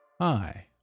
Hi